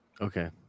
Okay